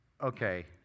okay